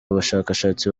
bashakashatsi